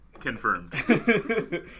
Confirmed